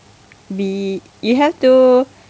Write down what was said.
be you have to